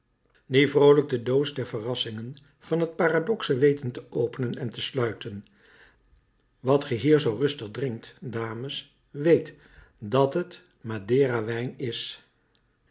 die vroolijk de doos der verrassingen van het paradoxe weten te openen en te sluiten wat ge hier zoo rustig drinkt dames weet dat het maderawijn is